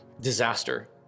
disaster